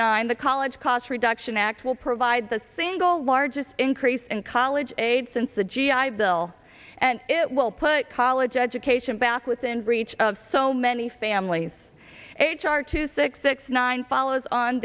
nine the college cost reduction act will provide the single largest increase in college aid since the g i bill and it will put college education back within reach of so many families h r two six six nine follows on